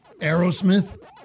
Aerosmith